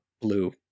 blue